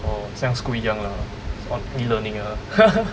oh 很像 school 一样 lah all E learning ah